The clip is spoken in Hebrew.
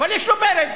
אבל יש לו ברז.